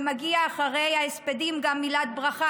ומגיעה, אחרי ההספדים, גם מילת ברכה